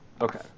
Okay